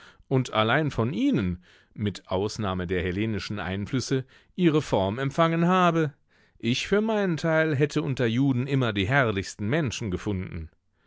und allein von ihnen mit ausnahme der hellenischen einflüsse ihre form empfangen habe ich für meinen teil hätte unter juden immer die herrlichsten menschen gefunden